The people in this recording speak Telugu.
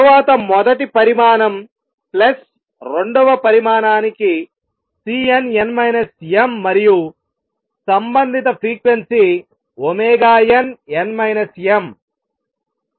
తరువాత మొదటి పరిమాణం ప్లస్ రెండవ పరిమాణానికి Cnn mమరియు సంబంధిత ఫ్రీక్వెన్సీ nn m